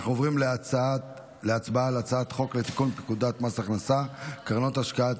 אנחנו עוברים להצבעה על הצעת חוק לתיקון פקודת מס הכנסה (קרנות השקעה),